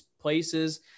places